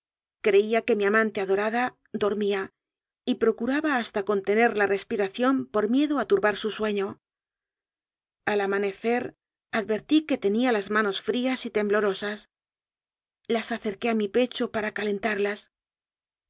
creía que mi amante adorada dormía y procuraba hasta contener la respiración por mie do a turbar su sueño al amanecer advertí que tenía las manos frías y temblorosas las acferqué a mi pecho para calentárselas